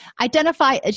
Identify